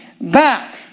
back